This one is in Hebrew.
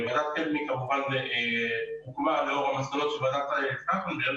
ועדת קדמי כמובן הוקמה לאור המסקנות של ועדת טרכטנברג.